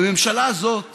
בממשלה הזאת